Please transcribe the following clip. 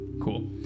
Cool